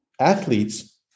athletes